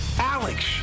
Alex